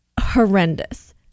horrendous